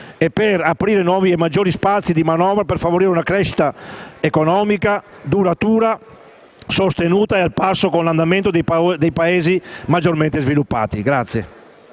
e per aprire nuovi e maggiori spazi di manovra per favorire una crescita economica sostenuta, duratura e al passo con l'andamento dei paesi maggiormente sviluppati.